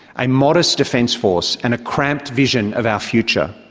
a modest defence force and a cramped vision of our future?